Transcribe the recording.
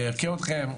אני אכה אתכם.